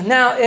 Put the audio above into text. Now